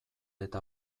eta